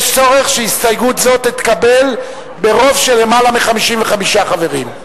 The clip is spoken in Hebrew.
יש צורך שהסתייגות זו תתקבל ברוב של יותר מ-55 חברים.